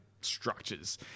structures